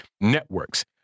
networks